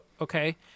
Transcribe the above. okay